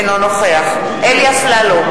אינו נוכח אלי אפללו,